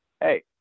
Hey